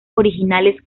originales